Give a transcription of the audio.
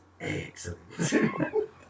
Excellent